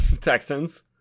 Texans